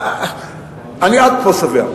אני עד פה שבע.